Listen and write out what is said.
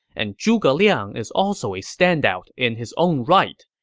and zhuge liang is also a standout in his own right.